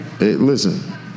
listen